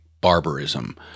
barbarism